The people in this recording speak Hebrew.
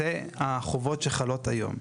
זה החובות שחלות היום.